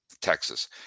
Texas